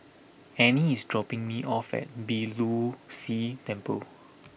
Anne is dropping me off at Beeh Low See Temple